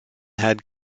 had